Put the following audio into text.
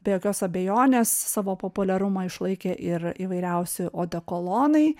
be jokios abejonės savo populiarumą išlaikė ir įvairiausi odekolonai